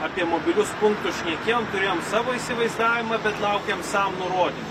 apie mobilius punktus šnekėjom turėjom savo įsivaizdavimą bet laukėm sam nurodymų